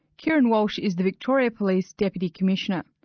kieran walsh is the victoria police deputy commissioner.